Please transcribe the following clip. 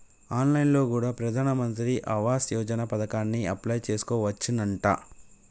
on line లో కూడా ప్రధాన్ మంత్రి ఆవాస్ యోజన పథకానికి అప్లై చేసుకోవచ్చునంట